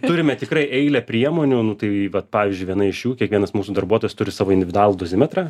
turime tikrai eilę priemonių nu tai vat pavyzdžiui viena iš jų kiekvienas mūsų darbuotojas turi savo individualų dozimetrą